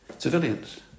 Civilians